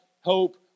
hope